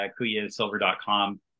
kuyasilver.com